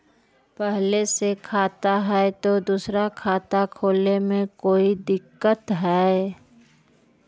पहले से खाता है तो दूसरा खाता खोले में कोई दिक्कत है?